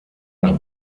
nach